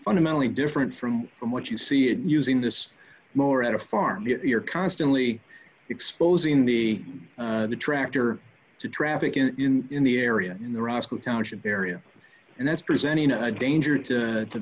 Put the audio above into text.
fundamentally different from from what you see in using this more at a farm you're constantly exposing the tractor to traffic in in the area in the roscoe township area and that's presenting a danger to